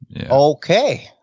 Okay